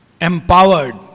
Empowered